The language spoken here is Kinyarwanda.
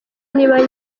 niba